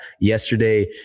yesterday